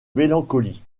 mélancolie